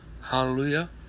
Hallelujah